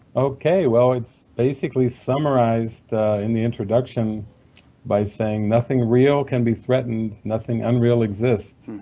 okay, well it's basically summarized in the introduction by saying nothing real can be threatened, nothing unreal exists.